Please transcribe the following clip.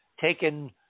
taken